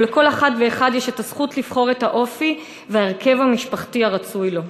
ולכל אחת ואחד יש הזכות לבחור את האופי וההרכב המשפחתי הרצוי לו.